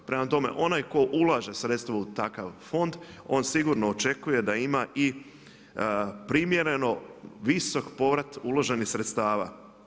Prema tome, onaj tko ulaže sredstva u takav fond on sigurno očekuje da ima i primjereno visok povrat uloženih sredstava.